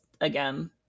again